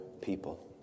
people